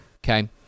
Okay